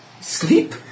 Sleep